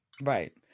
Right